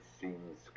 seems